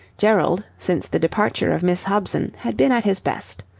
gerald, since the departure of miss hobson, had been at his best.